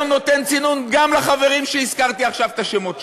נותן צינון גם לחברים שהזכרתי עכשיו את השמות שלהם.